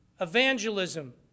Evangelism